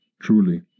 Truly